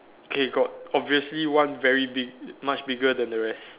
okay got obviously one very big much bigger than the rest